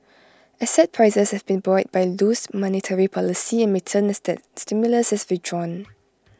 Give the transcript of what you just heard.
asset prices have been buoyed by loose monetary policy and may turn as that stimulus is withdrawn